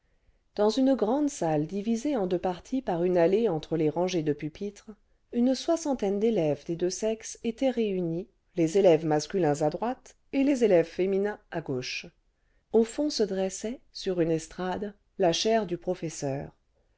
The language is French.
dans une grande salle divisée en deux parties par une allée entre les rangées de pupitres une soixantaine d'élèves des deux sexes étaient réunis les élèves masculins à droite et les élèves féminins à gauche au fond se dressait sur une estrade la chaire du professeur